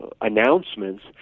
announcements